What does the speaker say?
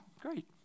great